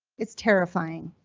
it's terrifying.